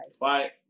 Bye